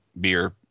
beer